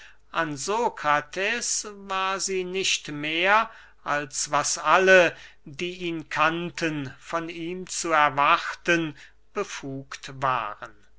an sokrates war sie nicht mehr als was alle die ihn kannten von ihm zu erwarten befugt waren